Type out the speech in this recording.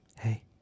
Hey